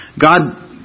God